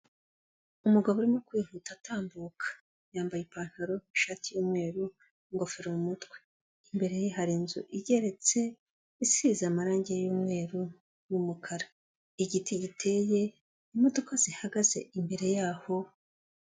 Umugabo urimo kwihuta atambuka yambaye ipantaro, ishati y'umweru n'ingofero mu mutwe imbere ye hari inzu igeretse isize amarangi y'umweru n'umukara igiti giteye imodoka zihagaze imbere yaho.....